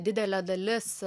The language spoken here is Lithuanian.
didelė dalis